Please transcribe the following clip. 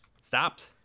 stopped